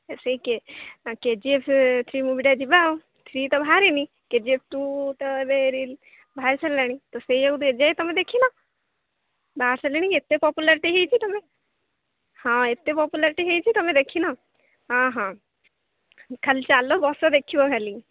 ସେଇ କେଜିଏଫ୍ ମୁଭିଟା ଯିବା ଆଉ ଥ୍ରୀ ତ ବାହାରିନି କେଜିଏଫ୍ ଟୁ ତ ଏବେ ରିଲ୍ ବାହାରି ସାରିଲାଣି ତ ସେଇ ଯାଉ ଏ ଯାଇ ତମେ ଦେଖିନ ବାହାରି ସାରିଲାଣି କି ଏତେ ପପୁଲାରିଟି ହେଇଛି ତମେ ହଁ ଏତେ ପପୁଲାରିଟି ହେଇଛି ତମେ ଦେଖିନ ଖାଲି ଚାଲ ବସ ଦେଖିବ ଖାଲି